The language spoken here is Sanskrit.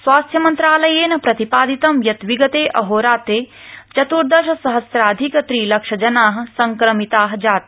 स्वास्थ्य मन्त्रालयेन प्रतिपादितं यत् विगते अहोरात्रे चत्र्दशसहस्राधिक त्रिलक्ष जना संक्रमिता जाता